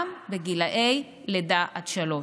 גם בגילי לידה עד שלוש.